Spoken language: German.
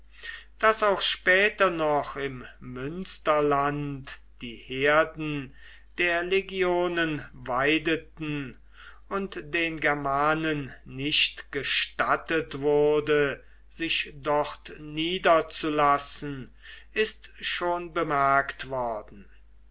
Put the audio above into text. daß auch später noch im münsterland die herden der legionen weideten und den germanen nicht gestattet wurde sich dort niederzulassen ist schon bemerkt worden